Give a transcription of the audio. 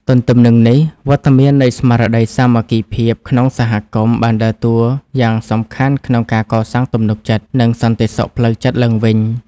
ទន្ទឹមនឹងនេះ វត្តមាននៃស្មារតីសាមគ្គីភាពក្នុងសហគមន៍ បានដើរតួយ៉ាងសំខាន់ក្នុងការកសាងទំនុកចិត្ត និងសន្តិសុខផ្លូវចិត្តឡើងវិញ។